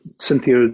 Cynthia